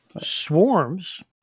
swarms